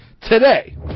Today